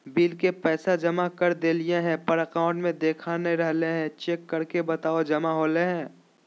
Bill के पैसा जमा कर देलियाय है पर अकाउंट में देखा नय रहले है, चेक करके बताहो जमा होले है?